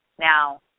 now